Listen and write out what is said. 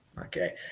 Okay